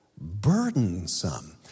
burdensome